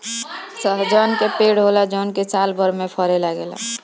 सहजन के पेड़ होला जवन की सालभर में फरे लागेला